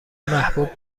محبوب